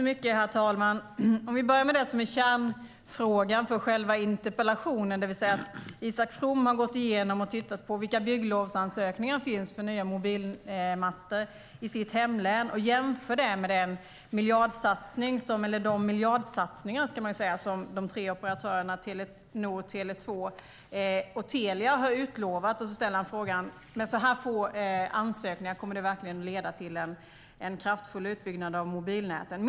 Herr talman! Jag börjar med det som är kärnfrågan för själva interpellationen, det vill säga att Isak From har tittat på vilka bygglovsansökningar som finns för nya mobilmaster i sitt hemlän och jämfört med de miljardsatsningar som de tre operatörerna Telenor, Tele 2 och Telia har utlovat. Han ställer frågan: Kommer det verkligen att leda till en kraftfull utbyggnad av mobilnäten med så här få ansökningar?